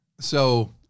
So-